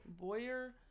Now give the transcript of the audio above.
Boyer